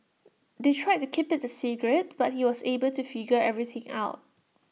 they tried to keep IT A secret but he was able to figure everything out